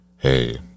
Hey